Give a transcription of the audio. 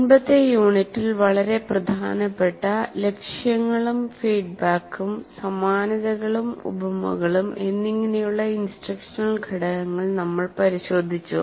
മുമ്പത്തെ യൂണിറ്റിൽ വളരെ പ്രധാനപ്പെട്ട ലക്ഷ്യങ്ങളും ഫീഡ്ബാക്കും സമാനതകളും ഉപമകളും എന്നിങ്ങനെയുള്ള ഇൻസ്ട്രക്ഷണൽ ഘടകങ്ങൾ നമ്മൾ പരിശോധിച്ചു